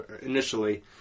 initially